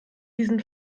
diesen